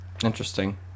Interesting